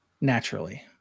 naturally